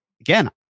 Again